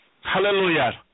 Hallelujah